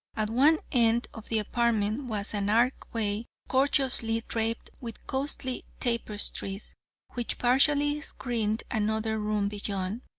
at one end of the apartment was an archway gorgeously draped with costly tapestries which partially screened another room beyond,